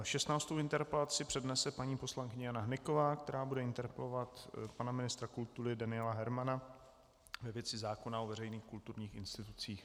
Šestnáctou interpelaci přednese paní poslankyně Jana Hnyková, která bude interpelovat pana ministra kultury Daniela Hermana ve věci zákona o veřejných kulturních institucích.